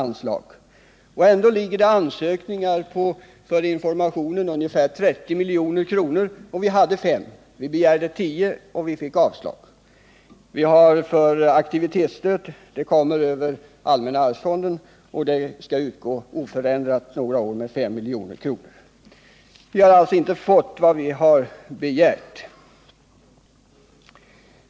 Ändå föreligger det ansökningar om anslag för information på ungefär 30 milj.kr. Vi hade 5 miljoner, och vi begärde att få 10, men vi fick avslag. Aktivitetsstöd över allmänna arvsfonden skall under några år utgå oförändrat med 5 milj.kr. Vi har alltså inte fått vad vi har begärt.